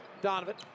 Donovan